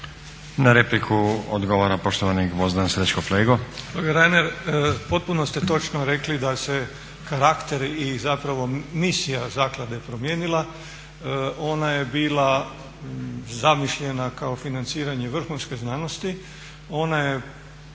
Na repliku odgovara poštovani Gvozden Srećko Flego.